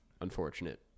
unfortunate